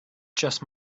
just